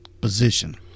position